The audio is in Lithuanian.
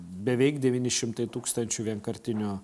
beveik devyni šimtai tūkstančių vienkartinių